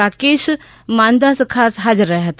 રાકેશ માનદાસ ખાસ હાજર રહ્યા હતા